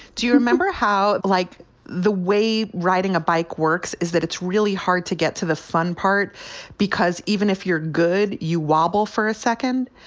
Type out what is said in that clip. do you remember how you like the way riding a bike works is that it's really hard to get to the fun part because even if you're good, you wobble for a second.